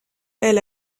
elle